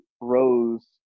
Rose